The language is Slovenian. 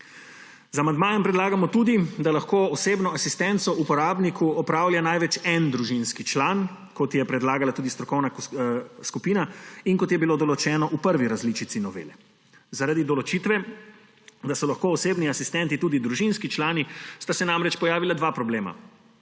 Z amandmajem predlagamo tudi, da lahko osebno asistenco uporabniku opravlja največ en družinski član, kot je predlagala tudi strokovna skupina in kot je bilo določeno v prvi različici novele. Zaradi določitve, da so lahko osebni asistenti tudi družinski člani, sta se namreč pojavila dva problema.